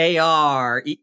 AR